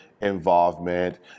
involvement